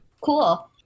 cool